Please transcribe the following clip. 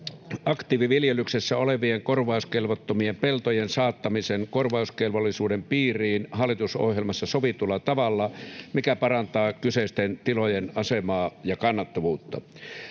aktiiviviljelyksessä olevien korvauskelvottomien peltojen saattamisen korvausvelvollisuuden piiriin hallitusohjelmassa sovitulla tavalla, mikä parantaa kyseisten tilojen asemaa ja kannattavuutta.